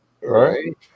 Right